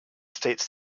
state